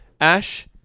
Ash